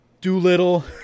Doolittle